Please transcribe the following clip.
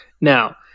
Now